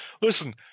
listen